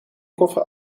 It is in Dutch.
koffer